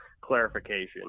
clarification